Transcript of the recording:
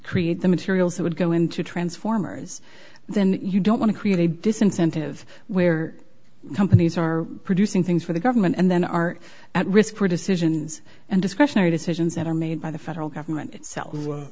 create the materials that would go into transformers then you don't want to create a disincentive where companies are producing things for the government and then are at risk for decisions and discretionary decisions that are made by the federal government itself